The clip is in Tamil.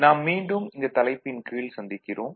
நாம் மீண்டும் இந்தத் தலைப்பின் கீழ் சந்திக்கிறோம்